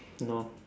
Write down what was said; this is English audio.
no